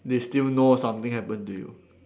they still know something happen to you